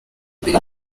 imbere